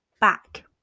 back